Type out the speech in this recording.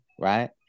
right